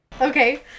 Okay